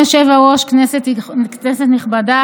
הוועדה המוסמכת לדון בהצעת החוק היא ועדת הכלכלה.